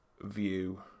view